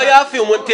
הוא הזכיר את התורמים.